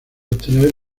obtener